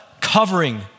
covering